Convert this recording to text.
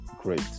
great